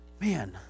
man